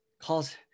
calls